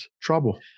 Trouble